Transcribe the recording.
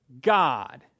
God